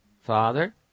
Father